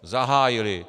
Zahájili.